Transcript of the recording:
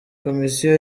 komisiyo